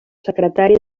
secretari